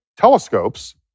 telescopes